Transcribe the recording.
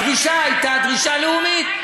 הדרישה הייתה דרישה לאומית.